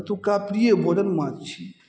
ओतुका प्रिय भोजन माछ छी